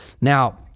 Now